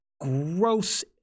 gross